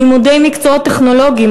לימודי מקצועות טכנולוגיים,